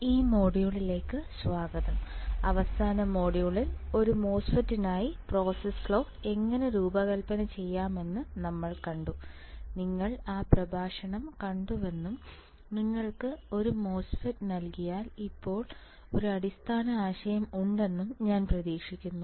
ഈ മൊഡ്യൂളിലേക്ക് സ്വാഗതം അവസാന മൊഡ്യൂളിൽ ഒരു മോസ്ഫെറ്റിനായി പ്രോസസ്സ് ഫ്ലോ എങ്ങനെ രൂപകൽപ്പന ചെയ്യാമെന്ന് നമ്മൾ കണ്ടു നിങ്ങൾ ആ പ്രഭാഷണം കണ്ടുവെന്നും നിങ്ങൾക്ക് ഒരു മോസ്ഫെറ്റ് നൽകിയാൽ ഇപ്പോൾ ഒരു അടിസ്ഥാന ആശയം ഉണ്ടെന്നും ഞാൻ പ്രതീക്ഷിക്കുന്നു